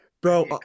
bro